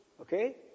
Okay